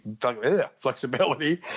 flexibility